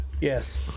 Yes